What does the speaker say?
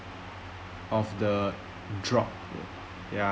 of the drop ya